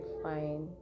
fine